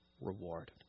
reward